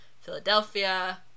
Philadelphia